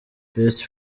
best